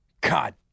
god